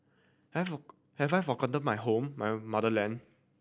have have I forgotten my home my motherland